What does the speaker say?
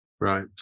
Right